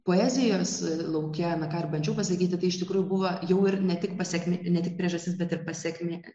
poezijos lauke ką ir bandžiau pasakyti tai iš tikrųjų buvo jau ir ne tik pasekm ne tik priežastis bet ir pasekmė